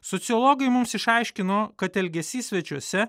sociologai mums išaiškino kad elgesys svečiuose